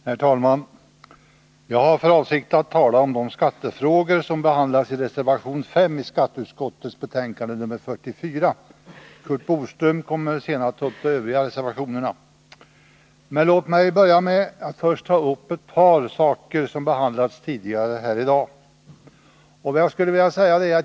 Herr talman! Jag har för avsikt att tala om de skattefrågor som behandlas i reservation 5 i skatteutskottets betänkande nr 44. Curt Boström kommer senare att beröra övriga reservationer. Låt mig börja med att ta upp ett par saker som tidigare behandlats här i dag.